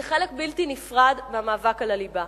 זה חלק בלתי נפרד מהמאבק על הליבה,